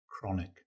chronic